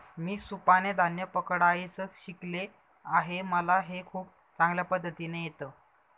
मी सुपाने धान्य पकडायचं शिकले आहे मला हे खूप चांगल्या पद्धतीने येत